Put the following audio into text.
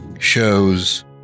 shows